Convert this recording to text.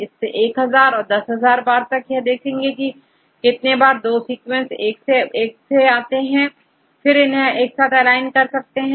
इसे1000 और 10000 बार कर यह देखेंगे कितने बार 2 एक से सीक्वेंस आते हैं और यहां कितनी बार एक साथ एलाइन करते हैं